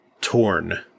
torn